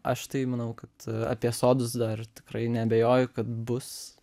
aš tai manau kad apie sodus dar tikrai neabejoju kad bus